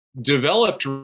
developed